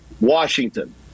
Washington